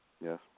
yes